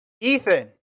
Ethan